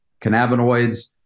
cannabinoids